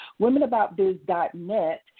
womenaboutbiz.net